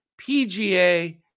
PGA